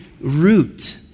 root